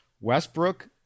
Westbrook